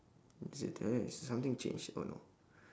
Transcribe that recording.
did something change oh no